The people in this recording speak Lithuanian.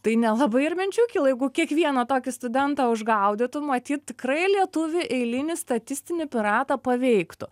tai nelabai ir minčių kyla jeigu kiekvieną tokį studentą užgaudytų matyt tikrai lietuvį eilinį statistinį piratą paveiktų